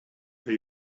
are